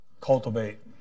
cultivate